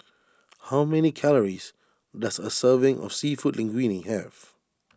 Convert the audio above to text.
how many calories does a serving of Seafood Linguine have